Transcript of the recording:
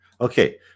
Okay